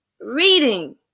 Reading